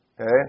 Okay